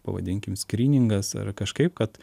pavadinkim skryningas ar kažkaip kad